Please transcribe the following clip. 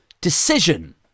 decision